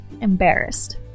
embarrassed